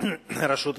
רשות השידור.